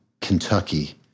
Kentucky